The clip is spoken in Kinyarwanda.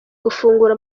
gufungura